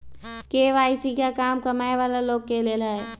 KYC का कम कमाये वाला लोग के लेल है?